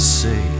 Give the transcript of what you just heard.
say